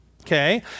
okay